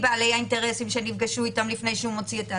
בעלי האינטרסים שנפגשנו איתם לפני שהוא מוציא את האסדרה.